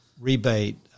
rebate